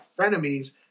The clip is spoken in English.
frenemies